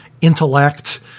intellect